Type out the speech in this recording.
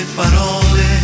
parole